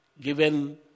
given